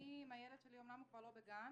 הילד שלי אמנם כבר לא בגן